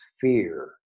fear